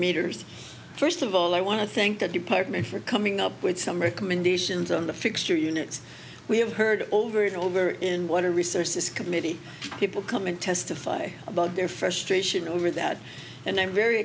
meters first of all i want to think that department for coming up with some recommendations on the fixture units we have heard over and over in water resources committee people come and testify about their frustration over that and i'm very